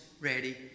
ready